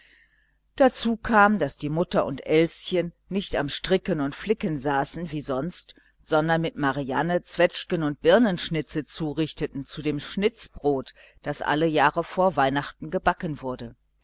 dazu kam daß die mutter und elschen nicht am stricken und flicken saßen wie sonst sondern zwetschgen und birnenschnitze zurichteten zu dem schnitzbrot das alle jahre vor weihnachten gebacken wurde